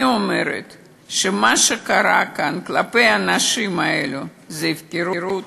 אני אומרת שמה שקרה כאן כלפי האנשים האלה זאת הפקרות.